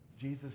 Jesus